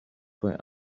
boy